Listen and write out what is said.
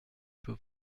peut